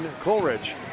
Coleridge